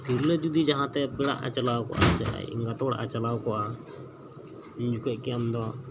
ᱥᱮ ᱛᱤᱨᱞᱟᱹ ᱡᱚᱫᱤ ᱡᱟᱦᱟᱸᱛᱮ ᱯᱮᱲᱟᱜ ᱮ ᱪᱟᱞᱟᱣ ᱠᱚᱜᱼᱟ ᱥᱮ ᱟᱡ ᱮᱸᱜᱟᱛ ᱚᱲᱟᱜ ᱮ ᱪᱟᱞᱟᱣ ᱠᱚᱜᱼᱟ ᱩᱱ ᱡᱚᱠᱷᱚᱱᱠᱤ ᱟᱢᱫᱚ